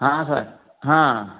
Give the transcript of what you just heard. हाँ सर हाँ